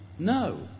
no